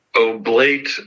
Oblate